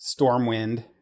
Stormwind